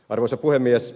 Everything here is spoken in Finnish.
arvoisa puhemies